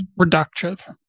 reductive